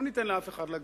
לא ניתן לאף אחד לגעת.